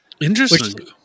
Interesting